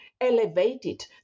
elevated